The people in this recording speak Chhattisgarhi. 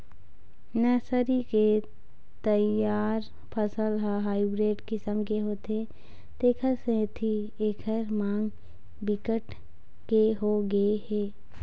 नर्सरी के तइयार फसल ह हाइब्रिड किसम के होथे तेखर सेती एखर मांग बिकट के होगे हे